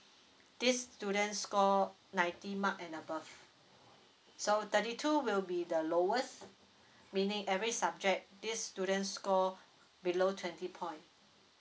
this student score ninety mark and above so thirty two will be the lowest meaning every subject this student score below twenty point